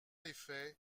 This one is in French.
effet